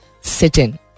sit-in